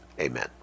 amen